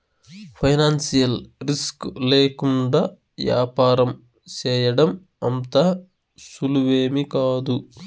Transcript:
financial risk లేకుండా యాపారం సేయడం అంత సులువేమీకాదు